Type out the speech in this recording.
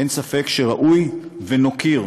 אין ספק שראוי שנוקיר,